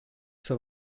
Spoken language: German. zur